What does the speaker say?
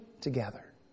together